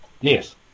Yes